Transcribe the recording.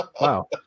Wow